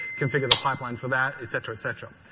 configure the pipeline for that, et cetera, et cetera.